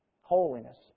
Holiness